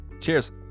Cheers